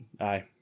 aye